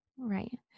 right